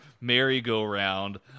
merry-go-round